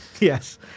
Yes